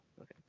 Okay